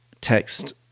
text